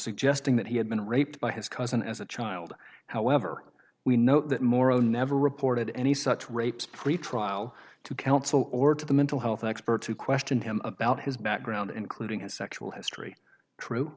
suggesting that he had been raped by his cousin as a child however we know that morrow never reported any such rapes pretrial to counsel or to the mental health experts who questioned him about his background including his sexual history true